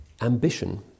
ambition